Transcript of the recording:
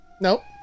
Nope